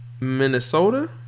Minnesota